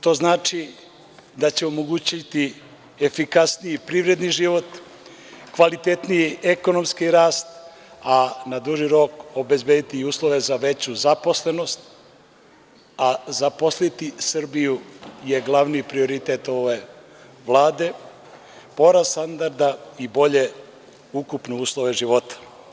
To znači da će omogućiti efikasniji privredni život, kvalitetniji ekonomski rast, a na duži rok obezbediti uslove za veću zaposlenost, a zaposliti Srbiju je glavni prioritet ove vlade, porast standarda i bolje ukupne uslove života.